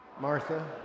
Martha